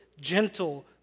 gentle